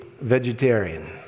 vegetarian